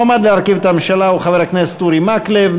המועמד להרכיב את הממשלה הוא חבר הכנסת אורי מקלב.